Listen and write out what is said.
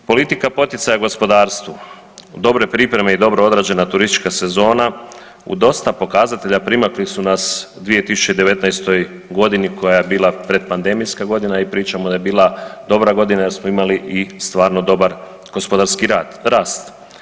Politika poticaja gospodarstvu, dobre pripreme i dobro odrađena turistička sezona u dosta pokazatelja primakli su nas 2019. godini koja je bila predpandemijska godina i pričamo da je bila dobra godina jer smo imali i stvarno dobar gospodarski rast.